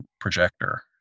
projector